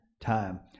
time